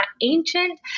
ancient